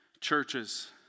churches